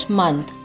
month